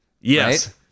Yes